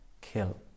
kill